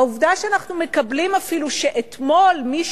העובדה שאנחנו מקבלים אפילו שאתמול מי